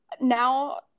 now